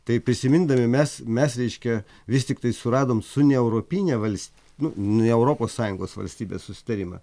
tai prisimindami mes mes reiškia vis tiktai suradom su neeuropine vals nu ne europos sąjungos valstybe susitarimą